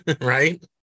Right